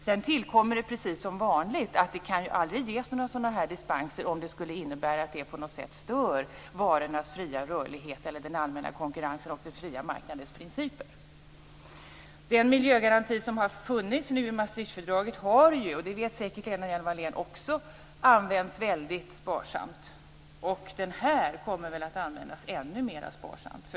Sedan tillkommer precis som vanligt att det kan aldrig medges några dispenser om det skulle innebära att de på något vis stör varornas fria rörlighet eller den allmänna konkurrensen och den fria marknadens principer. Den miljögaranti som har funnits i Maastrichtfördraget har ju - och det vet säkert också Lena Hjelm Wallén - tillämpats väldigt sparsamt. Den nya garantin kommer väl att tillämpas ännu mera sparsamt.